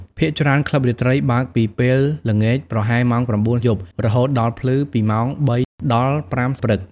ភាគច្រើន ក្លឹបរាត្រីបើកពីពេលល្ងាច ប្រហែលម៉ោង ៩ យប់ រហូតដល់ភ្លឺ ពីម៉ោង ៣ ដល់ ៥ ព្រឹក។